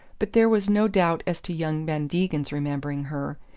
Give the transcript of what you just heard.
but there was no doubt as to young van degen's remembering her.